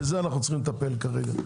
בזה אנחנו צריכים לטפל כרגע.